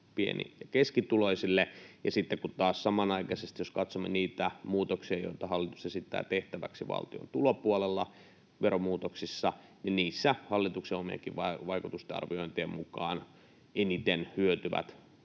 pieni- ja keskituloisille. Ja sitten, jos taas samanaikaisesti katsomme niitä muutoksia, joita hallitus esittää tehtäväksi valtion tulopuolella veromuutoksissa, niissä hallituksen omienkin vaikutusten arviointien mukaan eniten hyötyy